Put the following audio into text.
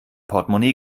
portmonee